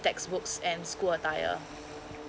textbooks and school attire